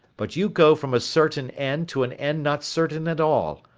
but you go from a certain end to an end not certain at all,